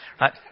Right